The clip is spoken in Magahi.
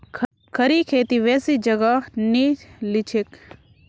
खड़ी खेती बेसी जगह नी लिछेक